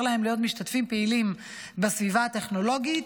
להם להיות משתתפים פעילים בסביבה הטכנולוגית.